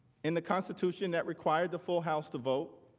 in the constitution that requires the full house to vote.